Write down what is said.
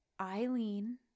Eileen